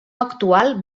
actual